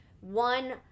one